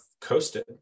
coasted